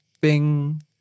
bing